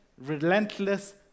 relentless